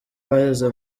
baheze